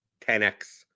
10x